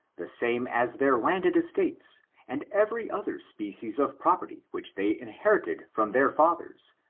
the same as their landed estates and every other species of property which they inher ited from their fathers,